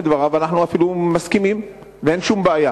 שאני בטוח שעם חלק מדבריו אנחנו אפילו מסכימים ואין שום בעיה.